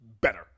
Better